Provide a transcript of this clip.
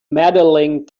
medaling